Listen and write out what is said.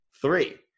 Three